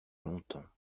longtemps